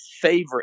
favorite